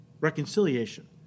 reconciliation